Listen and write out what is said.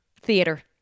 theater